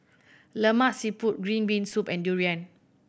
Lemak Siput green bean soup and durian